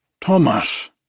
Thomas